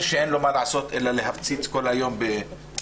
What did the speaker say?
שאין לו מה לעשות אלא להפציץ כל היום בעתירות.